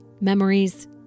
memories